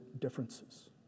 differences